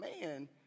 man